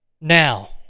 Now